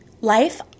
Life